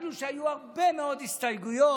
אפילו שהיו הרבה מאוד הסתייגויות,